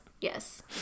Yes